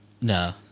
No